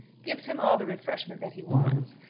gives him all the refreshment that he wants,